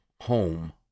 Home